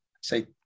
say